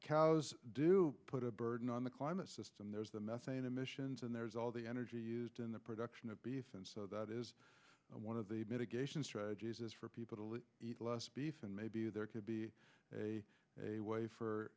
cows do put a burden on the climate system there's the methane emissions and there's all the energy used in the production of beef and so that is one of the mitigation strategies is for people to eat less beef and maybe there could be a way for